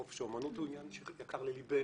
חופש האמנות הוא עניין שיקר ללבנו,